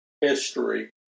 history